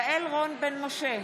יעל רון בן משה,